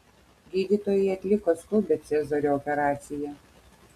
gydytojai atliko skubią cezario operaciją